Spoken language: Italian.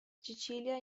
cecilia